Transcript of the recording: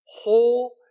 whole